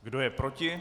Kdo je proti?